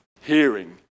hearing